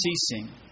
ceasing